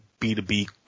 B2B